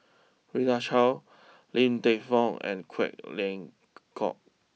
Rita Chao Ling and Quek Ling Kiong